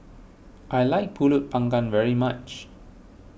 I like Pulut Panggang very much